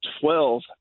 Twelve